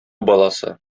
баласы